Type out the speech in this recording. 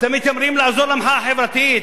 אתם מתיימרים לעזור למחאה החברתית.